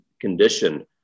condition